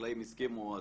וכשהחקלאים הסכימו,